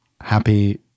Happy